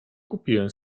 kupiłem